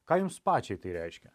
ką jums pačiai tai reiškia